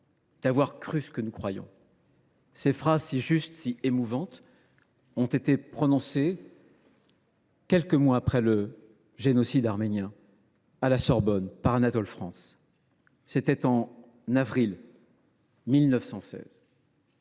pensons, cru ce que nous croyons. » Ces phrases si justes, si émouvantes, ont été prononcées, quelques mois après le génocide arménien, par Anatole France. C’était en avril 1916.